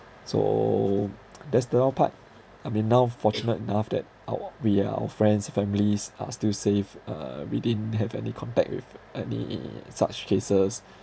so that's the now part I mean now fortunate enough that ou~ we are our friends families are still safe uh we didn't have any contact with any such cases